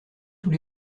tous